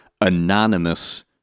anonymous